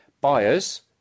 Buyers